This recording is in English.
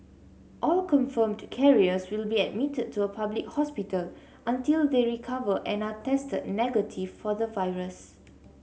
all confirmed carriers will be admitted to a public hospital until they recover and are tested negative for the virus